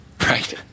Right